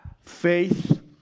faith